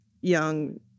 young